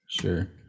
Sure